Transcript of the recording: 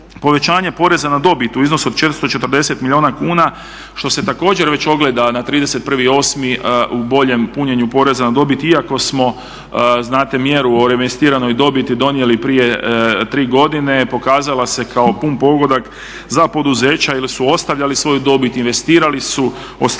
Također poreza na dobit u iznosu od 440 milijuna kuna što se također već ogleda na 31.8. u boljem punjenu poreza na dobit iako smo znate mjeru o reinvestiranoj dobiti donijeli prije 3 godine pokazala se kao pun pogodak za poduzeća jer su ostavljali svoju dobit, investirali su, ostvarivali